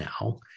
now